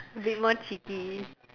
a bit more cheeky